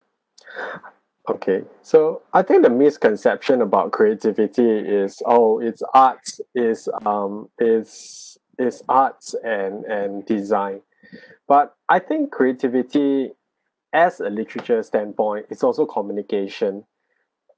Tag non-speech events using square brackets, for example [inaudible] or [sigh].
[breath] okay so I think the misconception about creativity is oh it's arts is um is is arts and and design [breath] but I think creativity as a literature standpoint it's also communication